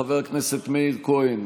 חבר הכנסת מאיר כהן,